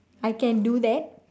I can do that